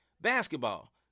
basketball